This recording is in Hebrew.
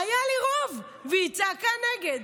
והיא צעקה "נגד".